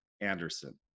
Anderson